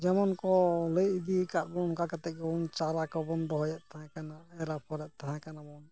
ᱡᱮᱢᱚᱱ ᱠᱚ ᱞᱟᱹᱭ ᱤᱫᱤᱭ ᱟᱠᱟᱫ ᱵᱚᱱ ᱚᱱᱠᱟ ᱠᱟᱛᱮᱫ ᱜᱮᱵᱚᱱ ᱪᱟᱨᱟ ᱠᱚᱵᱚᱱ ᱨᱚᱦᱚᱭᱮᱫ ᱛᱟᱦᱮᱸ ᱠᱟᱱᱟ ᱮᱨ ᱟᱯᱷᱚᱨᱮᱫ ᱛᱟᱦᱮᱸ ᱠᱟᱱᱟ ᱵᱚᱱ